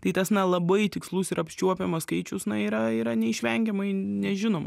tai tas na labai tikslus ir apčiuopiamas skaičius yra yra neišvengiamai nežinoma